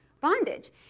bondage